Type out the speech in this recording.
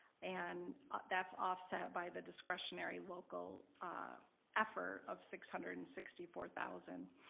and that's offset by the discretionary local effort of six hundred and sixty four thousand.